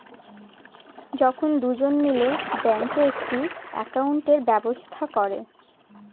যখন দুজন মিলে ব্যাঙ্কে একটি একাউন্টের ব্যবস্থা করে